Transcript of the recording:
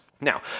now